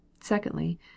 Secondly